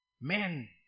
men